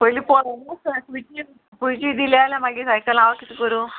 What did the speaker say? पयलीं पोरन्या पयलीं दिली जाल्यार मागीर सायकल हांव कितें करूं